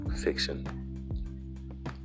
fiction